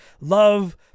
love